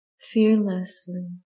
fearlessly